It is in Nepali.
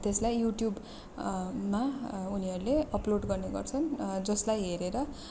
त्यसलाई युट्युब मा उनीहरूले अपलोड गर्ने गर्छन् जसलाई हेरेर